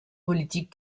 politique